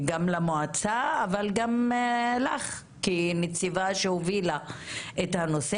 גם למועצה אבל גם לך כנציבה שהובילה את הנושא.